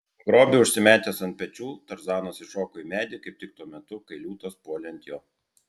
grobį užsimetęs ant pečių tarzanas įšoko į medį kaip tik tuo metu kai liūtas puolė ant jo